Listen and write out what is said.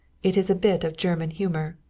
it is a bit of german humor.